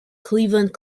cleveland